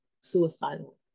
suicidal